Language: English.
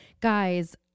Guys